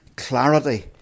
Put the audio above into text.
clarity